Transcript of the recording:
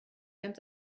ganz